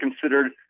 considered